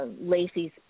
Lacey's